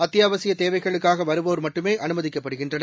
அத்தியாவசிய தேவைகளுக்காக வருவோர் மட்டுமே அனுமதிக்கப்படுகின்றனர்